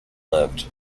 lived